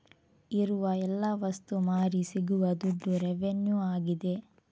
ಇರುವ ಎಲ್ಲ ವಸ್ತು ಮಾರಿ ಸಿಗುವ ದುಡ್ಡು ರೆವೆನ್ಯೂ ಆಗಿದೆ